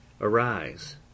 arise